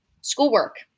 schoolwork